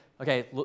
Okay